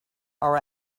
our